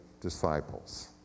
disciples